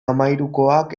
hamahirukoak